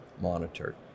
monitored